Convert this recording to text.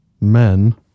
men